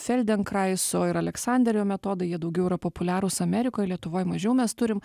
feldenkraiso ir aleksanderio metodai jie daugiau yra populiarūs amerikoj lietuvoj mažiau mes turim